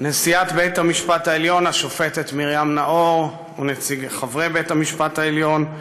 נשיאת בית-המשפט העליון השופטת מרים נאור וחברי בית-המשפט העליון,